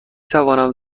توانم